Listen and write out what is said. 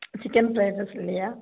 chicken fried rice இல்லையா